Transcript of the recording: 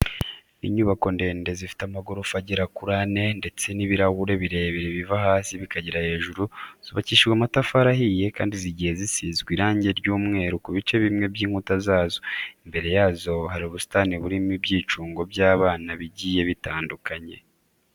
Inyubako ndende zifite amagorofa agera kuri ane ndetse n'ibirahure birebire biva hasi bikagera hejuru, zubakishijwe amatafari ahiye kandi zigiye zisizwe irange ry'umweru ku bice bimwe by'inkuta zazo. Imbere yazo hari ubusitani burimo ibyicungo by'abana bigiye bitandukanye.